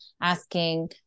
asking